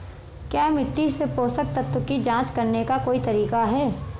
क्या मिट्टी से पोषक तत्व की जांच करने का कोई तरीका है?